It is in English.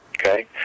Okay